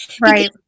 Right